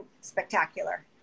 spectacular